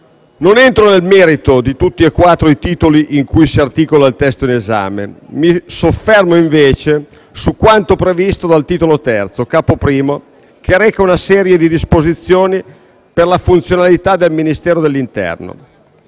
Non entro nel merito di tutti e quattro i Titoli in cui si articola il testo in esame. Mi soffermo, invece, su quanto previsto dal Titolo III, Capo I, recante «Disposizioni per la funzionalità del Ministero dell'interno»,